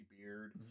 beard